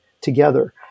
together